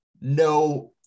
No